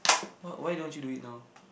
what why don't you do it now